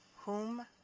whom?